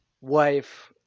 wife